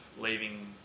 leaving